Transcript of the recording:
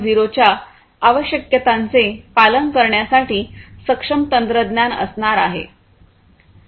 0 च्या आवश्यकतांचे पालन करण्यासाठी सक्षम तंत्रज्ञान असणार आहेत